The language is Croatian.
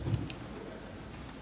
Hvala